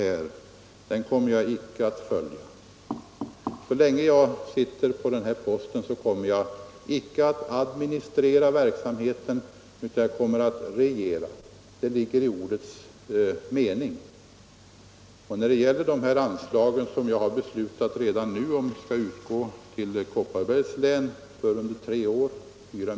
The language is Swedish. Så länge jag innehar posten som kommunikationsminister och regeringsledamot kommer jag icke att administrera verksamheten utan jag kommer att regera. Det är själva innebörden i ordet regering. Jag har redan nu beslutat att ett anslag på 4 milj.kr. skall utgå till Kopparbergs län varje år under tre år.